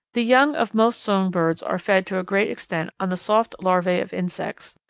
the young of most song birds are fed to a great extent on the soft larvae of insects,